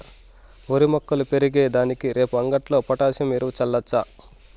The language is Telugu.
ఓరి మొక్కలు పెరిగే దానికి రేపు అంగట్లో పొటాసియం ఎరువు తెచ్చాల్ల